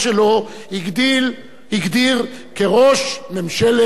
הגדיר כראש ממשלת עמק-חפר.